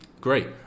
great